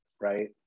right